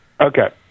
Okay